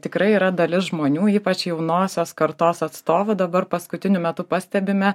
tikrai yra dalis žmonių ypač jaunosios kartos atstovų dabar paskutiniu metu pastebime